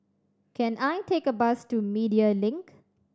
can I take a bus to Media Link